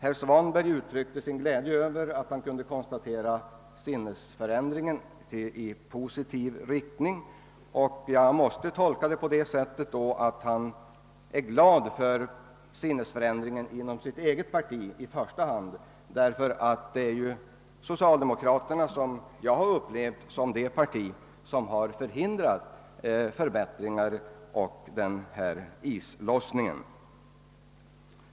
Herr Svanberg uttryckte sin glädje över att kunna konstatera sinnesförändringen i positiv riktning. Jag måste tolka detta hans uttalande på det sättet att han i första hand är glad över sinnesförändringen inom sitt eget parti. Såsom jag upplevt det hela är nämligen socialdemokratiska partiet det parti som har hindrat förbättringar och denna islossning.